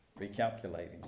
recalculating